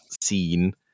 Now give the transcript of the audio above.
scene